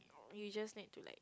you just need to like